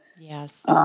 Yes